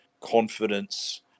confidence